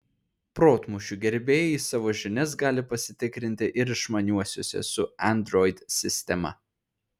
protmūšių gerbėjai savo žinias gali pasitikrinti ir išmaniuosiuose su android sistema